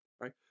Right